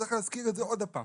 וצריך להזכיר את זה עוד פעם.